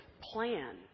plan